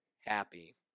happy